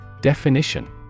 Definition